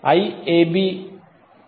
236